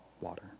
water